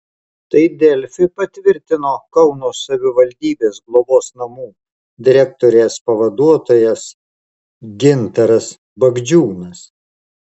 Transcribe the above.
tai delfi patvirtino kauno savivaldybės globos namų direktorės pavaduotojas gintaras bagdžiūnas